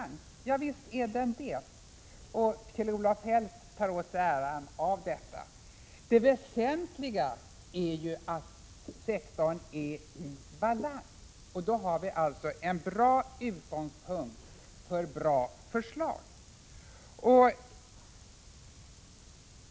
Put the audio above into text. Ja, visst är den det. Kjell-Olof Feldt tar åt sig äran av detta. Det väsentliga är dock att sektorn är i balans. Då har vi alltså en bra utgångspunkt för bra förslag.